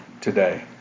today